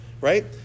Right